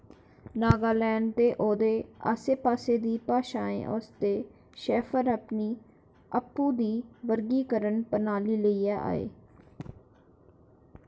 नागालैंड ते ओह्दे आस्सै पास्सै दियें भाशाएं आस्तै शैफर अपनी आपूं दी वर्गीकरण प्रणाली लेइयै आए